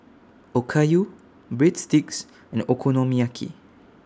Okayu Breadsticks and Okonomiyaki